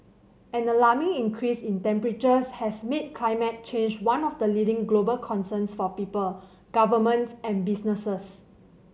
an alarming increase in temperatures has made climate change one of the leading global concerns for people governments and businesses